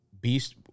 Beast